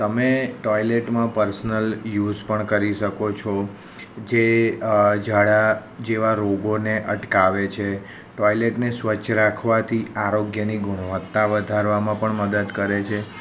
તમે ટોઈલેટમાં personal use પણ કરી શકો છો જે ઝાડા જેવા રોગોને અટકાવે છે ટોઈલેટને સ્વચ્છ રાખવાથી આરોગ્યની ગુણવત્તા વધારવામાં પણ મદદ કરે છે